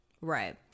Right